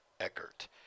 Eckert